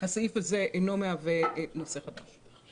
הסעיף הזה אינו מהווה נושא חדש.